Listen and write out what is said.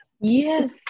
yes